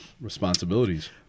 responsibilities